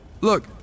Look